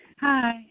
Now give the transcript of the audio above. Hi